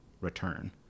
return